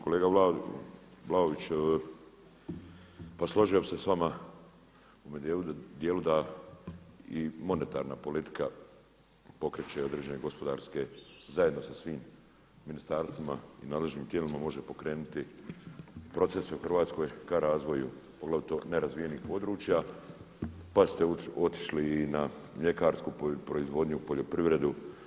Kolega Vlaović, pa složio bih se s vama u ovom dijelu da i monetarna politika pokreće određene gospodarske zajedno sa svim ministarstvima i nadležnim tijelima može pokrenuti procese u Hrvatskoj k razviju poglavito nerazvijenih područja, pa ste otišli i na mljekarsku proizvodnju, poljoprivredu.